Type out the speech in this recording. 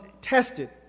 tested